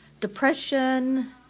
depression